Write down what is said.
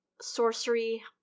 sorcery